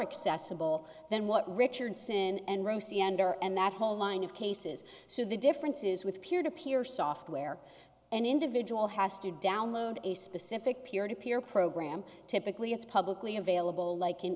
accessible than what richardson and rowe cmdr and that whole line of cases so the difference is with peer to peer software an individual has to download a specific peer to peer program typically it's publicly available like an